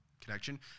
connection